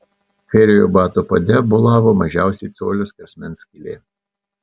kairiojo bato pade bolavo mažiausiai colio skersmens skylė